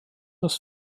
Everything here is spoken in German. das